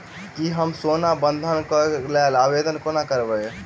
की हम सोना बंधन कऽ लेल आवेदन कोना करबै?